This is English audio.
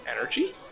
energy